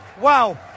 wow